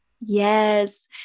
Yes